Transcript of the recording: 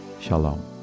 Shalom